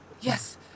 Yes